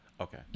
Okay